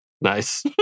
Nice